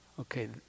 Okay